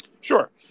Sure